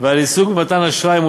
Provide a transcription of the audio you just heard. ועל עיסוק במתן אשראי.